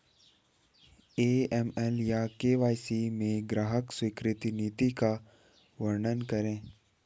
AML या KYC में ग्राहक स्वीकृति नीति का वर्णन करें?